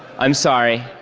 i'm sorry.